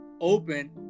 open